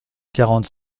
quarante